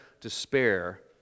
despair